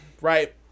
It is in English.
right